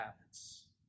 habits